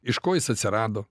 iš ko jis atsirado